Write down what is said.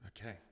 Okay